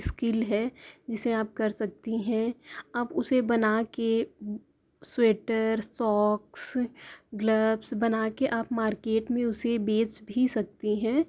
skill ہے جسے آپ کر سکتی ہیں آپ اسے بنا کے سویٹر سوکس گلبس بنا کے آپ مارکیٹ میں اسے بیچ بھی سکتی ہیں